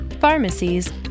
pharmacies